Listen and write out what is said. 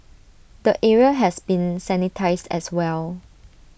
the area has been sanitised as well